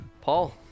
Paul